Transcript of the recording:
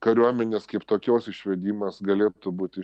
kariuomenės kaip tokios išvedimas galėtų būti